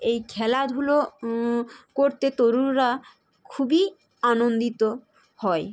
এই খেলাধুলো করতে তরুণরা খুবই আনন্দিত হয়